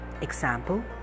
example